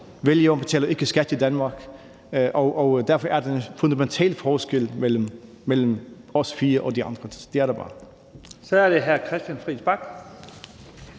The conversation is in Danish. vælgere betaler ikke skat i Danmark. Derfor er der en fundamental forskel mellem os fire og de andre. Det er der bare. Kl.